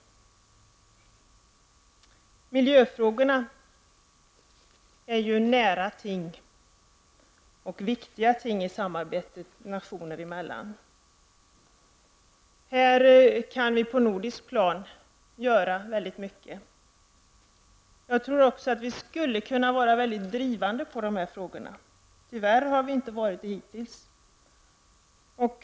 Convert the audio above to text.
Miljöfrågorna är nära och viktiga ting i samarbetet nationerna emellan. På ett nordiskt plan kan vi göra väldigt mycket. Vi skulle också kunna vara pådrivande när det gäller dessa frågor, men tyvärr har vi inte varit det hittills.